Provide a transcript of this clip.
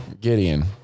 Gideon